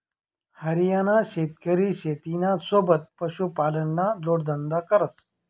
हरियाणाना शेतकरी शेतीना सोबत पशुपालनना जोडधंदा करस